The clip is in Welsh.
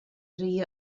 rhy